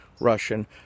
Russian